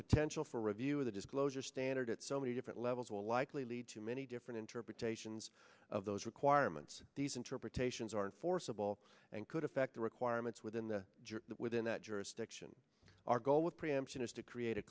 potential for review of the disclosure standard at so many different levels will likely lead to many different interpretations of those requirements these interpretations are enforceable and could affect the requirements within the within that jurisdiction our goal with preemption is to create a